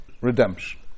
Redemption